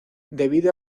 debido